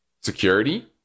security